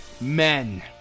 men